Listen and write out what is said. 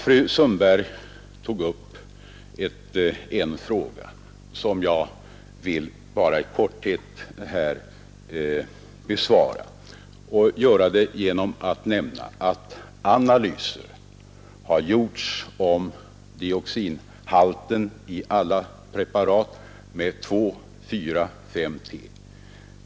Fru Sundberg tog upp en fråga som jag här vill besvara i korthet. Analyser har gjorts om dioxinhalten i alla preparat med 2,4,5-T.